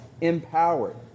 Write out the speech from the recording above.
empowered